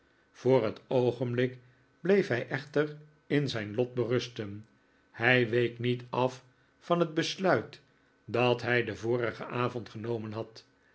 voor het oogenblik bleef hij echter in zijn lot berusten hij week niet af van het besluit dat hij den vorigen avond genomen had